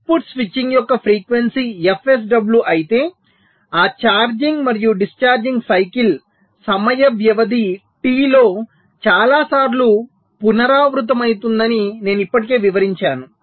output switching యొక్క frequency fSW అయితే ఆ ఛార్జింగ్ మరియు డిశ్చార్జింగ్ సైకిల్ సమయ వ్యవధి T లో చాలాసార్లు పునరావృతమవుతుందని నేను ఇప్పటికే వివరించాను